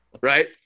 right